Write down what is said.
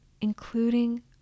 including